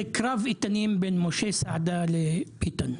זה קרב איתנים בין משה סעדה לביטן,